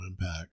impact